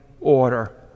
order